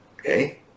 okay